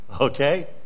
Okay